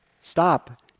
stop